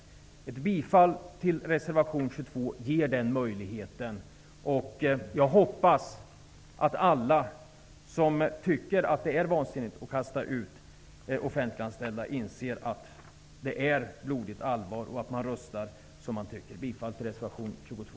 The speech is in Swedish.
Ett bifall till reservation 22 ger den möjligheten. Jag hoppas att alla som tycker att det är vansinnigt att kasta ut offentliganställda inser att det är blodigt allvar och att man röstar efter hur man tycker. Jag yrkar bifall till reservation 22.